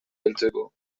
heltzeko